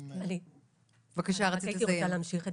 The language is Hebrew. אני רוצה להמשיך את